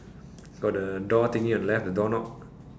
got the door thingy on the left on the door knob